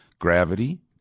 gravity